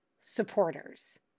supporters